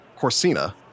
Corsina